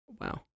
Wow